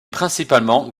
principalement